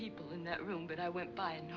people in that room that i went by and